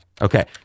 Okay